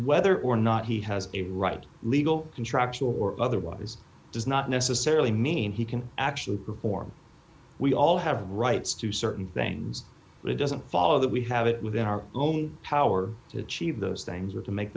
whether or not he has a right legal contractual or otherwise does not necessarily mean he can actually perform we all have rights to certain things but it doesn't follow that we have it within our own power to achieve those things or to make